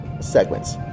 segments